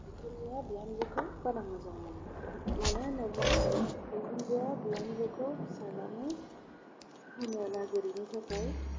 बिखुनजोआ बिहामजोखौ बारा मोजां मोना मानो होनोबा बिखुन्जोआ बिहामजोखौ फिसालानो होनो नागिरिनि थाखाय